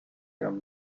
eran